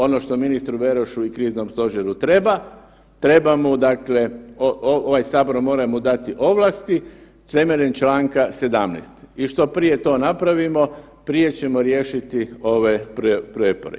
Ono što ministru Berošu i kriznom stožeru treba, treba mu dakle, ovaj Sabor mora mu dati ovlasti temeljem čl. 17. i što prije to napravimo, prije ćemo riješiti ove prijepore.